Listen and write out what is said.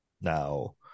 Now